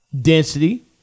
Density